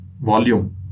volume